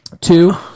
Two